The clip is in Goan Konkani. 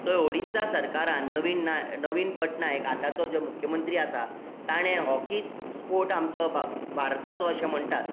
थंय ओडिसा सरकारान नवीन पटना आतांचो जो मुख्य मंत्री आसा ताणें हॉकी स्पोर्ट आमचो भारताचो अशें म्हणटात